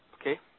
okay